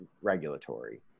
regulatory